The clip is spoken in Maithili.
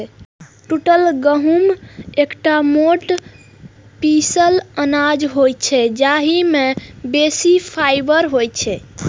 टूटल गहूम एकटा मोट पीसल अनाज होइ छै, जाहि मे बेसी फाइबर होइ छै